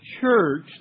church